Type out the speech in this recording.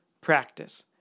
Practice